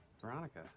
Veronica